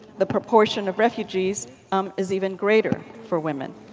the proportion of refugees um is even greater for women.